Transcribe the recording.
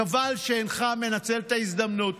חבל שאינך מנצל את ההזדמנות